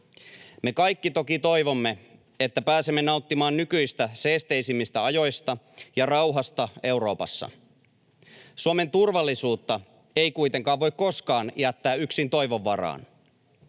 Me kaikki toki toivomme, että pääsemme nauttimaan nykyistä seesteisemmistä ajoista ja rauhasta Euroopassa. Suomen turvallisuutta ei kuitenkaan voi koskaan jättää yksin toivon varaan.